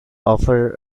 uproar